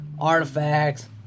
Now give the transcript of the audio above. artifacts